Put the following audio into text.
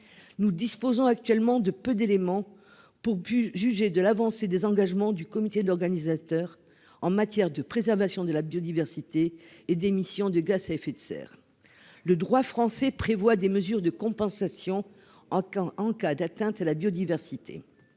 Nous disposons actuellement de peu d'éléments pour pu juger de l'avancée des engagements du comité organisateur, en matière de préservation de la biodiversité et d'émissions de gaz à effet de serre. Le droit français prévoit des mesures de compensation en cas en cas d'atteinte à la biodiversité.